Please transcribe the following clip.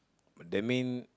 that mean